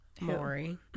Maury